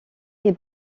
est